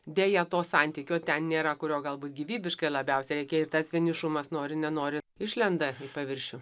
deja to santykio ten nėra kurio galbūt gyvybiškai labiausiai reikia ir tas vienišumas nori nenori išlenda į paviršių